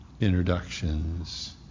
introductions